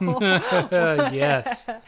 Yes